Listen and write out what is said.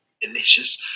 delicious